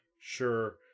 sure